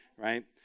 Right